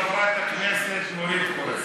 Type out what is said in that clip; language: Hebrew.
חברת הכנסת נורית קורן.